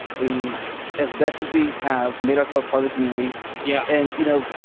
we as best as we have made ourselves part of the community yeah and, you know,